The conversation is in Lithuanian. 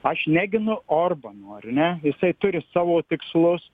aš neginu orbano ar ne jisai turi savo tikslus